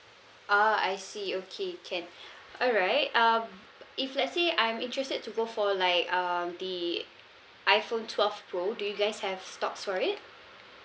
oh I see okay can alright um if let's say I'm interested to go for like um the iphone twelve pro do you guys have stocks for it